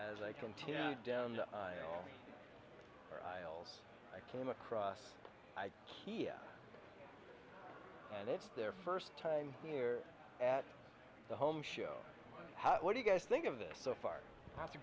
as i continue down the aisles i came across here and it's their first time here at the home show how what you guys think of this so far that's a